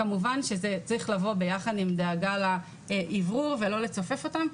כמובן שזה צריך לבוא ביחד עם דאגה לאוורור ולא לצופף אותם.